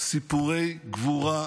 סיפורי גבורה מדהימים.